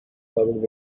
covered